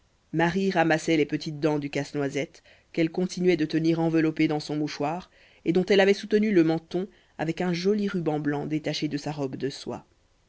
marie ramassait les petites dents du casse-noisette qu'elle continuait de tenir enveloppé dans son mouchoir et dont elle avait soutenu le menton avec un joli ruban blanc détaché de sa robe de soie